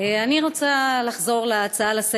ואם אנחנו הולכים דרומה יותר,